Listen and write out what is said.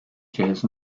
jazz